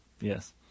Yes